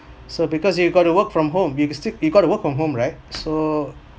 so because you've got to work from home you could still you've got to work from home right so